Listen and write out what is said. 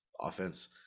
offense